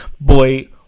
boy